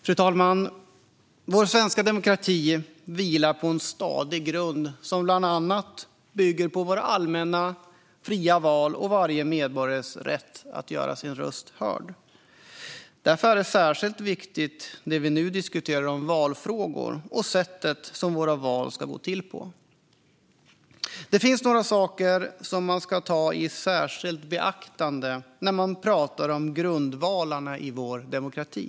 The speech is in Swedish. Fru talman! Vår svenska demokrati vilar på en stadig grund, som bland annat bygger på våra allmänna fria val och varje medborgares rätt att göra sin röst hörd. Därför är det vi nu diskuterar om valfrågor och sättet våra val ska gå till på särskilt viktigt. Det finns några saker som man ska ta i särskilt beaktande när man talar om grundvalarna i vår demokrati.